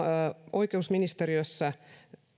oikeusministeriössä